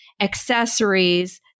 accessories